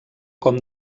com